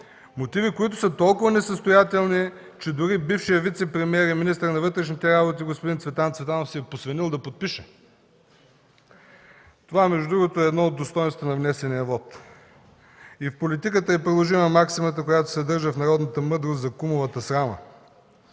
Мотиви, които са толкова несъстоятелни, че дори бившият вицепремиер и министър на вътрешните работи господин Цветан Цветанов се е посвенил да подпише. Между другото, това е едно от достойнствата на внесения вот. И в политиката е приложима максимата, която се съдържа в народната мъдрост за „кумовата срама”.